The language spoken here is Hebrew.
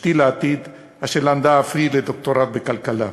אשתי לעתיד, אשר למדה אף היא לדוקטורט בכלכלה.